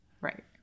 Right